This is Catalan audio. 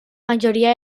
majoria